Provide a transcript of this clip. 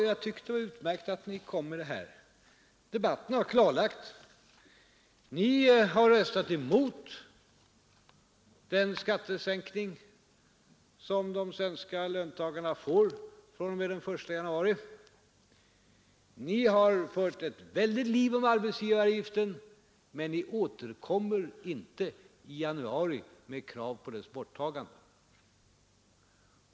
Jag tycker det är utmärkt att ni har tagit upp det här — debatten har klarlagt att ni har röstat emot den skattesänkning som de svenska löntagarna får fr.o.m. den 1 januari. Ni har fört ett väldigt liv om arbetsgivaravgiften, men ni återkommer inte i januari med något krav på dess borttagande.